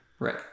right